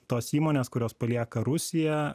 tos įmonės kurios palieka rusiją